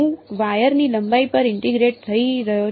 હું વાયરની લંબાઈ પર ઇન્ટીગ્રેટ થઈ રહ્યો છું